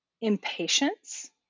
impatience